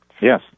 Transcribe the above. Yes